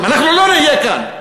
אנחנו לא נהיה כאן.